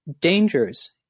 dangers